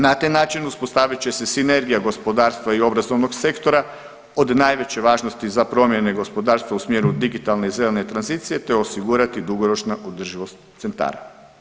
Na taj način uspostavit će se sinergija gospodarstva i obrazovnog sektora od najveće važnosti za promjene gospodarstva u smjeru digitalne i zelene tranzicije, te osigurati dugoročnu održivost centara.